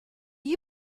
you